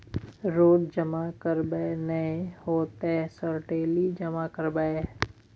रोज जमा करबे नए होते सर डेली जमा करैबै?